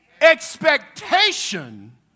expectation